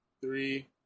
Three